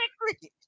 cricket